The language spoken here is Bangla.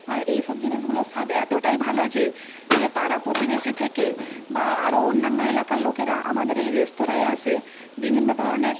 আর এই সব জিনিসগুলোর স্বাদ এতোটাই ভালো যে যে পাড়া প্রতিবেশী থেকে বা আরও অন্যান্য এলাকার লোকেরা আমাদের এই রেস্তোরাঁয় আসে বিভিন্ন ধরনের